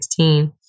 2016